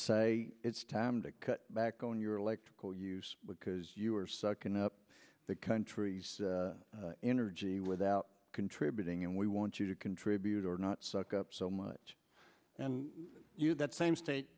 say it's time to cut back on your electrical use because you are sucking up the country's energy without contributing and we want you to contribute or not suck up so much and you that same state